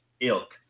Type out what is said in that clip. ilk